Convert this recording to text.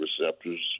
receptors